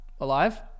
Alive